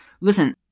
listen